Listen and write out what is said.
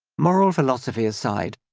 moral philosophy aside,